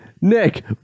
nick